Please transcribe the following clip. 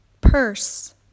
Purse